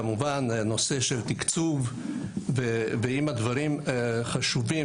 כמובן נושא של תקצוב ואם הדברים חשובים,